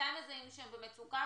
מתי מזהים שהם במצוקה?